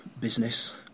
business